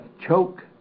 choke